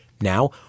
Now